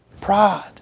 pride